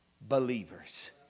believers